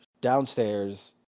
downstairs